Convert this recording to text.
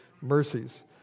mercies